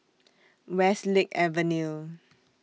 Westlake Avenue